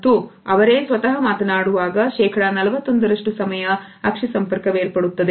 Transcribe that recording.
ಮತ್ತು ಅವರೇ ಸ್ವತಹ ಮಾತನಾಡುವಾಗ ಶೇಕಡ 41ರಷ್ಟು ಸಮಯ ಅಕ್ಷಿ ಸಂಪರ್ಕವೇರ್ಪಡುತ್ತದೆ